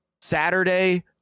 Saturday